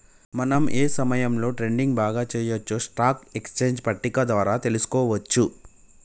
మనం ఏ సమయంలో ట్రేడింగ్ బాగా చెయ్యొచ్చో స్టాక్ ఎక్స్చేంజ్ పట్టిక ద్వారా తెలుసుకోవచ్చు